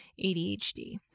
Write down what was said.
ADHD